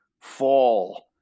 fall